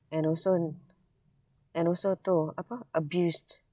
and also and also tu apa abused